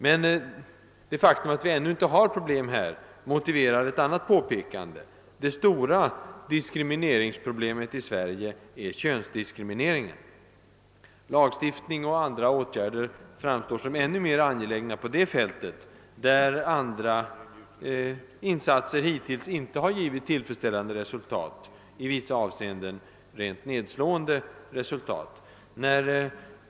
Men det faktum att vi ännu inte har större svårigheter här motiverar ett annat påpekande: Det stora diskrimineringsproblemet i Sverige är könsdiskrimineringen. Lagstiftning och andra åtgärder framstår som ännu mer angelägna på det fältet, där andra insatser hittills inte givit tillfredsställande resultat, i vissa avseenden givit rent nedslående resultat.